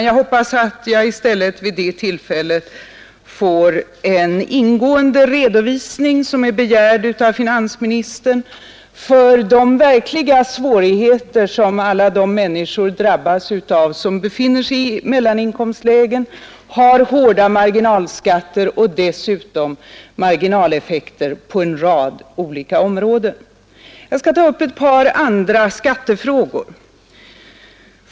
Jag hoppas att jag i stället vid det tillfället får den ingående redovisning som jag begärt av finansministern för de verkliga svårigheter som på grund av marginalskatter och marginaleffekter på en rad olika områden drabbar alla människor i mellaninkomstlägen. Jag skall ta upp ett par andra skattefrågor.